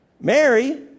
Mary